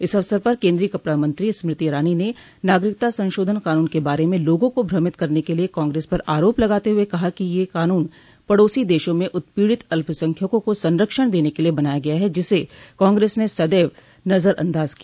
इस अवसर पर केन्द्रीय कपड़ा मंत्री स्मृति ईरानी ने नागरिकता संशोधन कानून के बारे में लोगों को भ्रमित करने के लिये कांग्रेस पर आरोप लगाते हुए कहा कि यह कानून पड़ोसी देशों में उत्पीड़ित अल्पसंख्यकों को संरक्षण देने के लिये बनाया गया है जिसे कांग्रेस ने सदैव नजरअंदाज किया